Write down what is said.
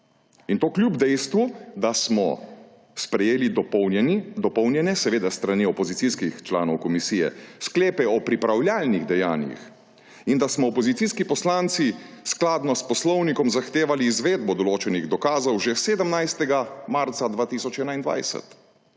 in to kljub dejstvu, da smo sprejeli dopolnjene, seveda s strani opozicijskih članov komisije, sklepe o pripravljalnih dejanjih in da smo opozicijski poslanci skladno s Poslovnikom zahtevali izvedbo določenih dokazov že 17. marca 2021?